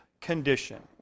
condition